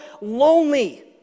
lonely